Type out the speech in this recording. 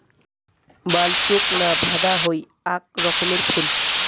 বালচোক না ভেদা হই আক রকমের ফুল